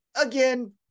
again